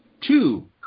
Two